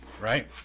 right